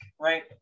right